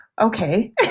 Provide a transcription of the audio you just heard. okay